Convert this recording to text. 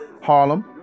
Harlem